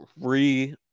re